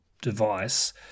device